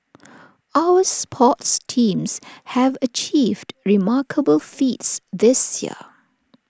our sports teams have achieved remarkable feats this year